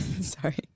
sorry